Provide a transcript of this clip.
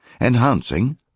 Enhancing